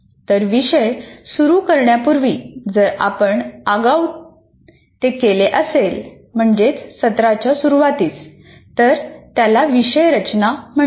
तर विषय सुरू करण्यापूर्वी जर आपण आगाऊ ते केले असेल तर त्याला विषय रचना म्हणतात